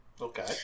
Okay